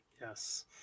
Yes